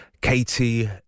Katie